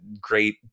great